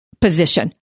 position